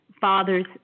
fathers